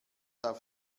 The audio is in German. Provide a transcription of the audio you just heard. auf